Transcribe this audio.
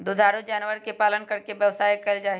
दुधारू जानवर के पालन करके व्यवसाय कइल जाहई